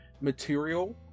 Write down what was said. material